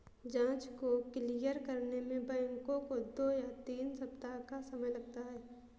जाँच को क्लियर करने में बैंकों को दो या तीन सप्ताह का समय लगता है